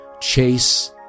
Chase